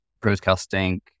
broadcasting